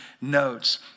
notes